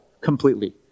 completely